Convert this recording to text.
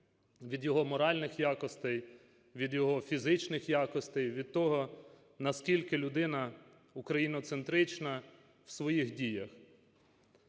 від її моральних якостей, від її фізичних якостей, від того, наскільки людина україноцентрична в своїх діях.